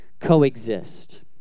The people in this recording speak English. coexist